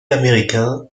américain